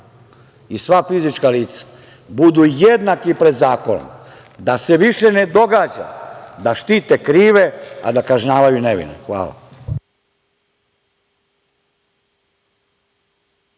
i sva fizička lica budu jednaki pred zakonom, da se više ne događa da štite krive, a da kažnjavaju nevine. Hvala.